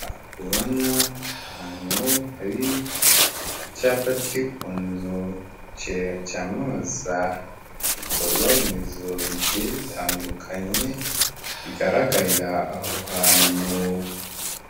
Ubona ahantu hari icyapa kiri ku nzu cyamamaza ibikorwaremezo bigiye bitandukanye bigaragarira aho hantu.